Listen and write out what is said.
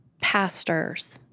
pastors